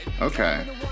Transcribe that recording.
Okay